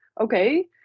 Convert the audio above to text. okay